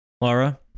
Laura